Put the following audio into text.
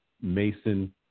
Mason